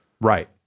Right